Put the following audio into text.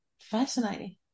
fascinating